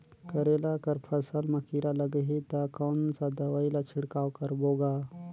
करेला कर फसल मा कीरा लगही ता कौन सा दवाई ला छिड़काव करबो गा?